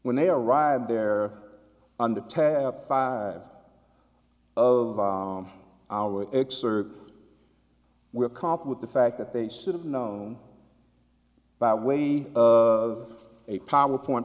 when they arrived there on the tap five of our excerpt we're caught with the fact that they should have known by way of a power point